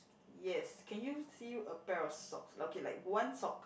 yes can you see a pair of socks okay like one sock